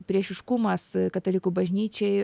priešiškumas katalikų bažnyčiai